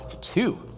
two